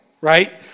right